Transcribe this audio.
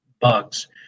bugs